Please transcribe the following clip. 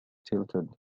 tilted